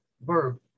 verb